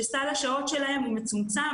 שסל השעות שלהם הוא מצומצם,